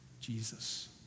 Jesus